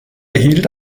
erhielt